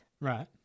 Right